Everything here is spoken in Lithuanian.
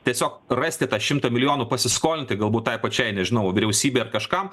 tiesiog rasti tą šimto milijonų pasiskolinti galbūt tai pačiai nežinau vyriausybei ar kažkam